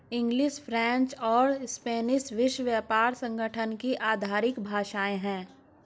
English, French और Spanish विश्व व्यापार संगठन की आधिकारिक भाषाएं है